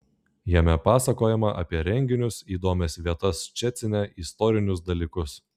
jame pasakojama apie renginius įdomias vietas ščecine istorinius dalykus